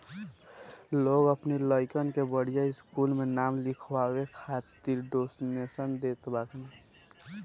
लोग अपनी लइकन के बढ़िया स्कूल में नाम लिखवाए खातिर डोनेशन देत बाने